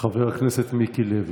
חבר הכנסת מיקי לוי.